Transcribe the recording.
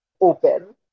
open